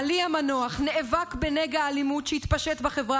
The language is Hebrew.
בעלי המנוח נאבק בנגע האלימות שהתפשט בחברה